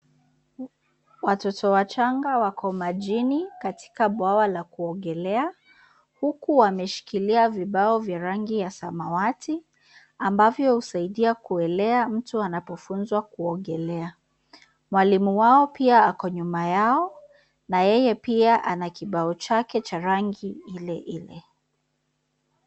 Watoto wachanga wako majini katika bwawa la kuogelea, huku wameshikilia vibao vya rangi ya samawati, ambavyo husaidia kuelea mtu anapofunzwa kuogelea. Mwalimu wao pia ako nyuma yao na yeye pia ana kibao chake cha rangi ile ile.